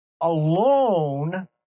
alone